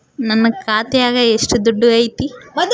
ನನ್ನ ಖಾತ್ಯಾಗ ಎಷ್ಟು ದುಡ್ಡು ಐತಿ?